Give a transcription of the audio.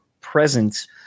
present